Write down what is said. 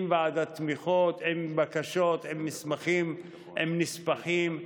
עם ועדת תמיכות, עם בקשות, עם מסמכים, עם נספחים,